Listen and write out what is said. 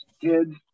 kids